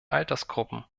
altersgruppen